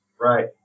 Right